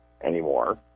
anymore